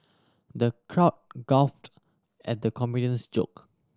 the crowd guffawed at the comedian's joke